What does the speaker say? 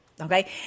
okay